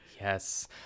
Yes